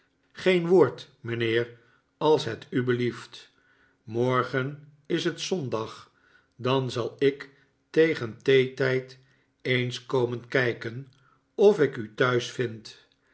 geen woord mijnheer als het u belieft morgen is het zondag dan zal ik tegen theetijd eens komen kijken of ik u thuis vind